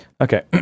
okay